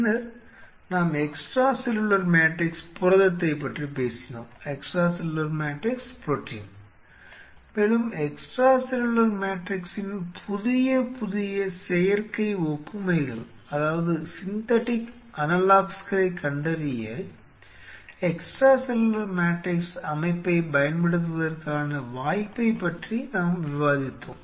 பின்னர் நாம் extracellular matrix புரதத்தைப் பற்றிப் பேசினோம் மேலும் எக்ஸ்ட்ரா செல்லுலார் மேட்ரிக்ஸின் புதிய புதிய செயற்கை ஒப்புமைகளைக் கண்டறிய எக்ஸ்ட்ரா செல்லுலார் மேட்ரிக்ஸ் அமைப்பைப் பயன்படுத்துவதற்கான வாய்ப்பைப் பற்றி நாம் விவாதித்தோம்